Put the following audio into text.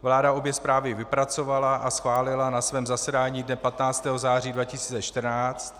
Vláda obě zprávy vypracovala a schválila na svém zasedání dne 15. září 2014.